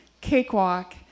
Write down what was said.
Cakewalk